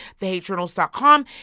thehatejournals.com